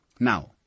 Now